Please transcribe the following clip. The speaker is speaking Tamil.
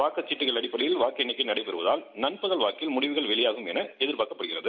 வாக்கு சீட்டுகள் அடிப்படையில் வாக்கு எண்ணிக்கை நடைபெறுவதால் நண்பகல் வாக்கில் முடிவுகள் வெளியாகும் என எதிர்பார்க்கப்படுகிறது